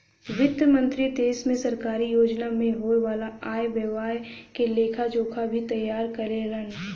वित्त मंत्री देश में सरकारी योजना में होये वाला आय व्यय के लेखा जोखा भी तैयार करेलन